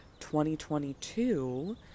2022